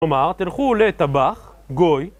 כלומר, תלכו לטבח, גוי,